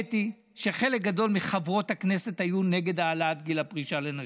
האמת היא שחלק גדול מחברות הכנסת היו נגד העלאת גיל הפרישה לנשים.